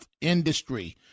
industry